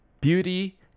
beauty